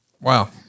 Wow